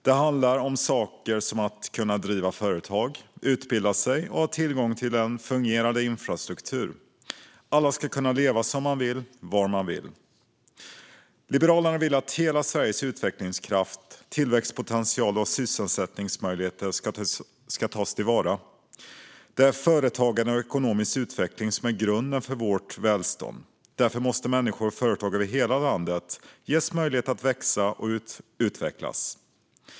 Det handlar om saker som att kunna driva företag, att utbilda sig och att ha tillgång till fungerande infrastruktur. Alla ska kunna leva som man vill, var man vill. Liberalerna vill att hela Sveriges utvecklingskraft, tillväxtpotential och sysselsättningsmöjligheter ska tas till vara. Det är företagande och ekonomisk utveckling som är grunden för vårt välstånd. Därför måste människor och företag över hela landet ges möjlighet att växa och utvecklas.